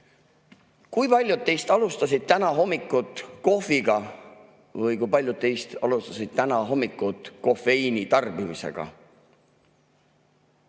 Kui paljud teist alustasid tänast hommikut kohviga või kui paljud teist alustasid tänast hommikut kofeiini tarbimisega?